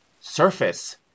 surface